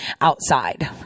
outside